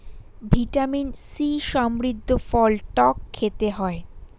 vitamin C সমৃদ্ধ ফল টক খেতে হয়